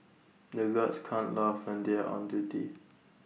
the guards can't laugh when they are on duty